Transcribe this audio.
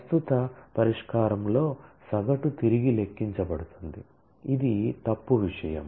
ప్రస్తుత పరిష్కారంలో సగటు తిరిగి లెక్కించబడుతుంది ఇది తప్పు విషయం